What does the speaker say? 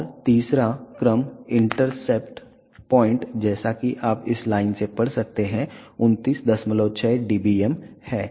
और तीसरा क्रम इंटरसेप्ट पॉइंट जैसा कि आप इस लाइन से पढ़ सकते हैं 296 dBm है